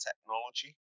technology